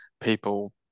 people